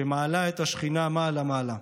שמעלה את השכינה מעלה-מעלה".